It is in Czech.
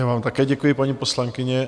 Já vám také děkuji, paní poslankyně.